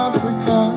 Africa